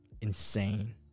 insane